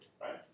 right